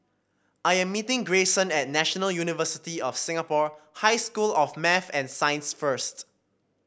I am meeting Greyson at National University of Singapore High School of Math and Science first